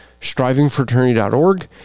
strivingfraternity.org